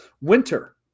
winter